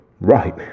right